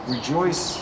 Rejoice